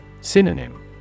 Synonym